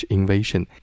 Invasion，